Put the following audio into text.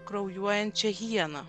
kraujuojančią hieną